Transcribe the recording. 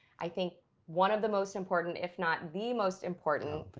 i think one of the most important, if not the most important, but